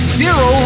zero